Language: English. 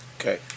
okay